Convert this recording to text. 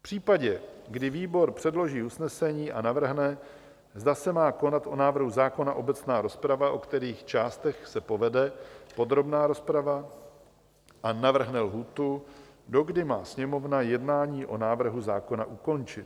V případě, kdy výbor předloží usnesení, navrhne, zda se má konat o návrhu zákona obecná rozprava, o kterých částech se povede podrobná rozprava, a navrhne lhůtu, dokdy má Sněmovna jednání o návrhu zákona ukončit.